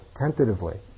tentatively